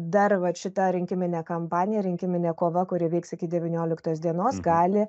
dar vat šita rinkiminė kampanija rinkiminė kova kuri vyks iki devynioliktos dienos gali